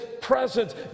presence